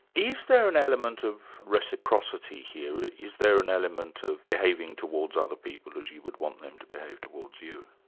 is there an element of reciprocity here? is there an element of behaving towards other people as you would want them to behave towards you?